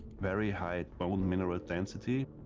very high bone mineral density,